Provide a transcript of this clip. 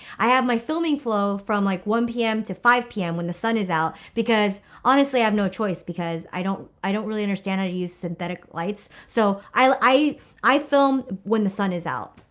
i have my filming flow from like one pm to five pm when the sun is out, because honestly, i have no choice because i don't i don't really understand how to use synthetic lights. so i i film when the sun is out.